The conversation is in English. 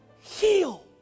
heal